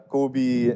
Kobe